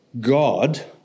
God